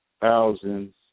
thousands